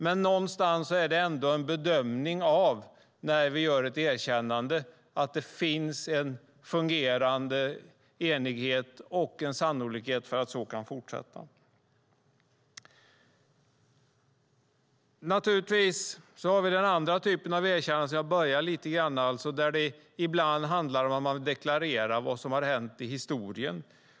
När vi gör ett erkännande är det någonstans ändå en bedömning av att det finns en fungerande enighet och en sannolikhet för att det kan fortsätta så. Vi har också den andra typen av erkännande, som jag började att tala lite grann om. Där handlar det ibland om att deklarera vad som har hänt i historien.